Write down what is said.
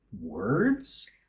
words